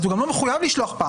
אז הוא גם לא מחויב לשלוח פעמיים.